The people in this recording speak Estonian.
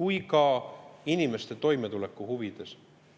kui ka inimeste toimetuleku huvides: